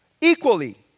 Equally